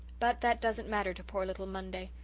but that doesn't matter to poor little monday,